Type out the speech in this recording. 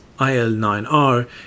IL-9R